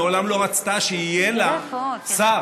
מעולם לא רצתה שיהיה לה שר.